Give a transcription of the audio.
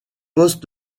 poste